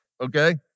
okay